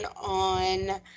on